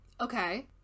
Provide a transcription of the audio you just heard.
Okay